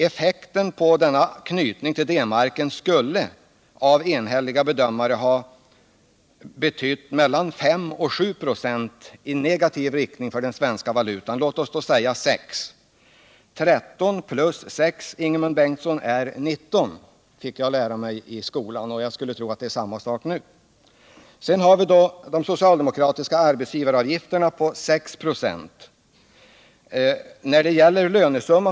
Effekten av denna anknytning till D-marken skulle, enligt enhälliga bedömare, ha betytt mellan 5 och 7 96 i negativ riktning för den svenska valutan. Låt oss då säga 6. 13+6=19 — det fick jag lära mig i skolan och jag skulle tro att det är samma sak för Ingemund Bengtsson. Sedan har vi de socialdemokratiska arbetsgivaravgifterna på 6 96.